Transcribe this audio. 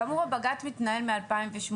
כאמור, הבג"ץ מתנהל מ-2008.